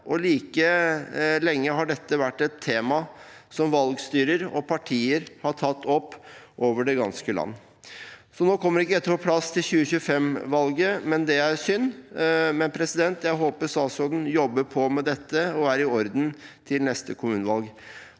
like lenge har dette vært et tema som valgstyrer og partier har tatt opp over det ganske land. Nå kommer ikke dette på plass til 2025-valget, og det er synd, men jeg håper statsråden jobber på med dette, og at det er i orden til neste kommunevalg.